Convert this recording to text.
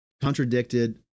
contradicted